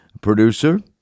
producer